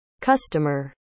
Customer